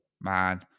man